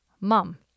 mom